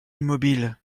immobile